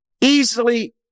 easily